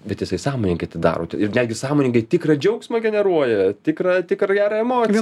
bet jisai sąmoningai tą daro ir netgi sąmoningai tikrą džiaugsmą generuoja tikrą tikrą gerą emociją